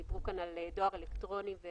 דיברו כאן על דואר אלקטרוני אל